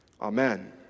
Amen